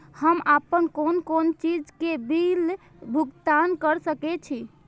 हम आपन कोन कोन चीज के बिल भुगतान कर सके छी?